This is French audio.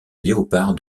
léopard